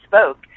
spoke